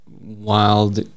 wild